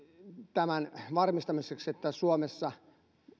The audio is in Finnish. tämän varmistamiseksi että suomessa